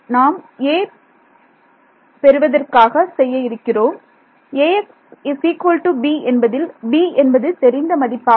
நாம் 'a' பெறுவதற்காக செய்ய இருக்கிறோம் என்பதில் b என்பது தெரிந்த மதிப்பாகும்